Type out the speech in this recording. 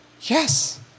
Yes